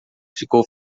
ficou